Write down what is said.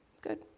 Good